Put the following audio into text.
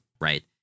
Right